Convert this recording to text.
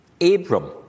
Abram